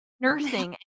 nursing